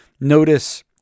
notice